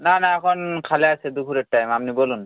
না না এখন খালি আছি দুপুরের টাইম আপনি বলুন